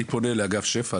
אני פונה לאגף שפ"ע,